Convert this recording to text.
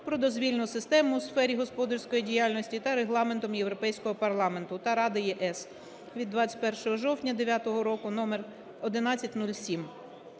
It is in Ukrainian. "Про дозвільну систему у сфері господарської діяльності" та Регламентом Європейського парламенту та Ради ЄС від 21 жовтня 9-го року №1107